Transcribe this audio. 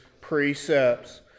precepts